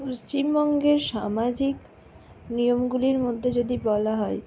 পশ্চিমবঙ্গের সামাজিক নিয়মগুলির মধ্যে যদি বলা হয়